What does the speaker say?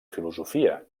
filosofia